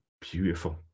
beautiful